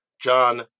John